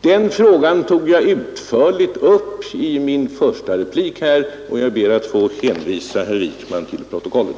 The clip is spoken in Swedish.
Den frågan tog jag utförligt upp i min första replik, och jag ber att få hänvisa herr Wijkman till protokollet.